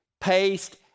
paste